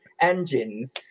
engines